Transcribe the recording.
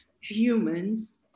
humans